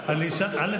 א.